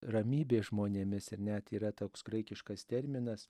ramybė žmonėmis ir net yra toks graikiškas terminas